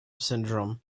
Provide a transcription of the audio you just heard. syndrome